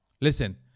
Listen